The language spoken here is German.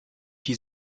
die